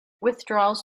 withdrawals